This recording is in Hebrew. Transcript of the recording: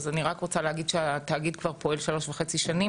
אז אני רק רוצה להגיד שהתאגיד כבר פועל שלוש וחצי שנים,